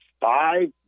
five